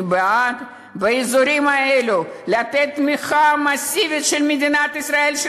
אני בעד לתת תמיכה מסיבית של מדינת ישראל באזורים האלה,